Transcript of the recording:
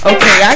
Okay